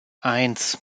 eins